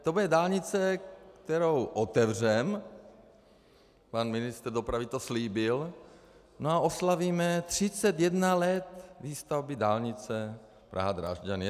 To bude dálnice, kterou otevřeme, pan ministr dopravy to slíbil, no a oslavíme 31 let výstavby dálnice PrahaDrážďany.